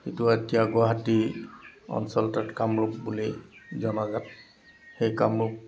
এইটো এতিয়া গুৱাহাটী অঞ্চল তাত কামৰূপ বুলি জনাজাত সেই কামৰূপ